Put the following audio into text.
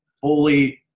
fully